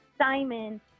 Simon